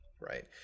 right